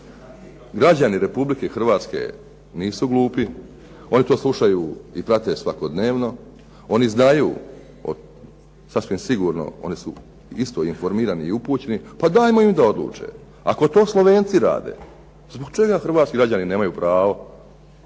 Građani Republike Hrvatske nisu glupi. Oni to slušaju i prate svakodnevno. Oni znaju sasvim sigurno, oni su isto informirani i upućeni pa dajmo im da odluče. Ako to Slovenci rade zbog čega hrvatski građani nemaju pravo